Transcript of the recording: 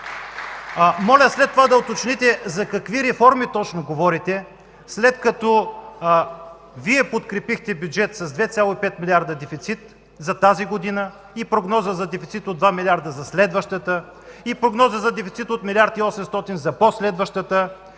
Моля, след това да уточните за какви реформи точно говорите, след като Вие подкрепихте бюджет с 2,5 млрд. дефицит за тази година и прогноза за дефицит от 2 милиарда за следващата, и прогноза за дефицит от милиард и 800 за по-следващата,